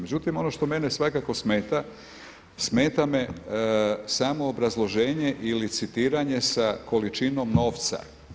Međutim ono što mene svakako smeta, smeta me samo obrazloženje ili citiranje sa količinom novca.